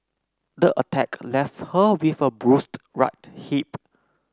the attack left her with a bruised right hip